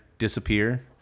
disappear